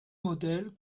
modèles